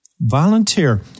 Volunteer